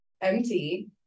Empty